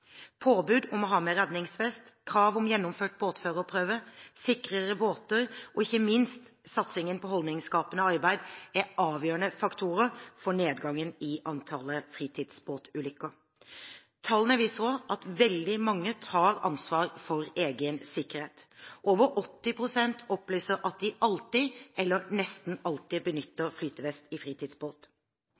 Påbud om å ha med redningsvest, krav om gjennomført båtførerprøve, sikrere båter og ikke minst satsing på holdningsskapende arbeid er avgjørende faktorer for nedgangen i antallet fritidsbåtulykker. Tallene viser også at veldig mange tar ansvar for egen sikkerhet. Over 80 pst. opplyser at de alltid eller nesten alltid benytter flytevest i fritidsbåt.